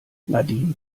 nadine